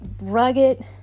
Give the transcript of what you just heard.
rugged